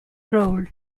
crawl